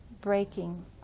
breaking